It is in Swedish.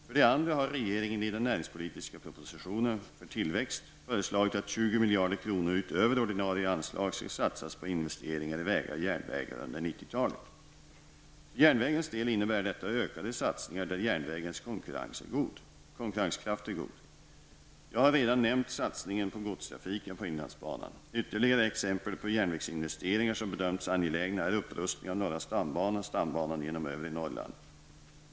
För det andra har regeringen i den näringspolitiska propositionen för tillväxt föreslagit att 20 miljarder kronor utöver ordinarie anslag skall satsas på investeringar i vägar och järnvägar under 1990 talet. För järnvägens del innebär detta ökade satsningar där järnvägens konkurrenskraft är god. Jag har redan nämnt satsningen på godstrafiken på inlandsbanan. Ytterligare exempel på järnvägsinvesteringar som bedömts angelägna är upprustning av norra stambanan och stambanan genom övre Norrland.